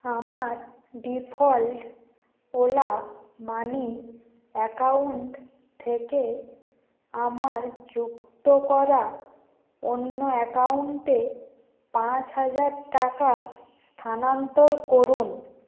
আমার default Ola money account থেকে আমার যুক্ত করা অন্য অ্যাকাউন্টে পাঁচ হাজার টাকা স্থানান্তর করুন